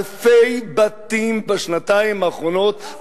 אלפי בתים בשנתיים האחרונות,